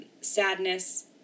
sadness